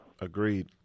Agreed